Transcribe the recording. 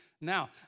Now